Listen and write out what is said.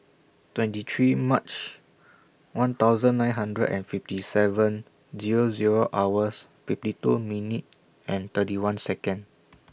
twenty three March one thousand nine hundred and fifty seven Zero Zero hours fifty two minute and thirty one Second